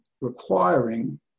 requiring